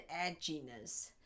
edginess